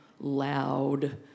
loud